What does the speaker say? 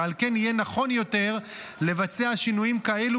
ועל כן יהיה נכון יותר לבצע שינויים כאלו